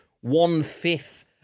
one-fifth